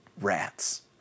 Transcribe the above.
rats